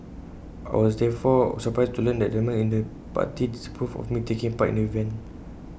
I was therefore surprised to learn that elements in the party disapproved of me taking part in the event